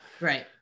Right